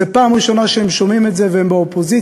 זו פעם ראשונה שהם שומעים את זה, והם באופוזיציה.